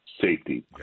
safety